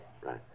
right